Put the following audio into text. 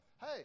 hey